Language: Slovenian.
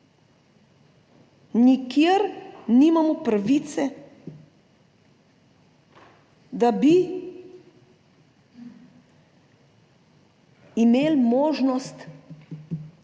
Nikjer nimamo pravice, da bi imeli možnost